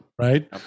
Right